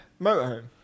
motorhome